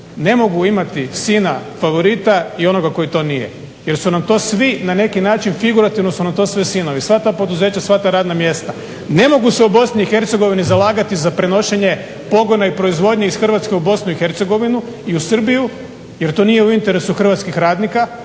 Ne mogu imati sina favorita i onoga koji to nije, jer su nam to svi na neki način figurativno su nam to sve sinovi sva ta poduzeća, sva ta radna mjesta. Ne mogu se u Bosni i Hercegovini zalagati za prenošenje pogona i proizvodnje iz Hrvatske u Bosnu i Hercegovinu i u Srbiju, jer to nije u interesu hrvatskih radnika,